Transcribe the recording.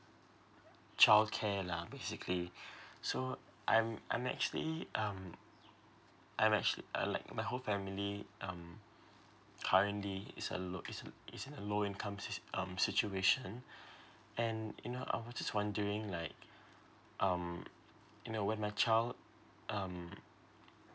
childcare lah basically so I'm I'm actually um I'm actually uh like my whole family um currently is a low is in is in a low incomes um situation and you know I was just wondering like um you know when my child um